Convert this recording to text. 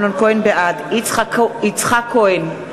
בעד יצחק כהן,